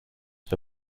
for